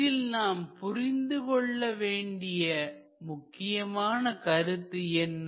இதில் நாம் புரிந்து கொள்ளவேண்டிய முக்கியமான கருத்து என்ன